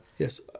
Yes